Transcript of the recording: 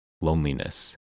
loneliness